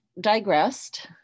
digressed